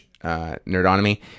Nerdonomy